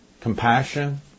compassion